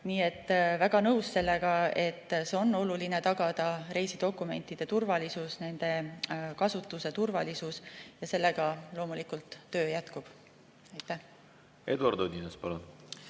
Nii et olen väga nõus sellega, et see on oluline, tuleb tagada reisidokumentide turvalisus, nende kasutuse turvalisus, ja sellega loomulikult töö jätkub. Aitäh,